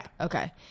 Okay